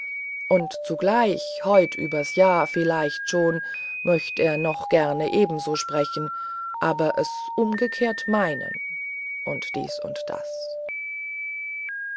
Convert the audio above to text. und zugleich heut übers jahr vielleicht schon möcht er noch gern ebenso sprechen aber es umgekehrt meinen und dies und das